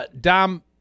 Dom